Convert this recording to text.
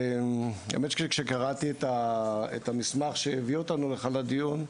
האמת, שכשקראתי את המסמך שהביא אותנו לכאן לדיון,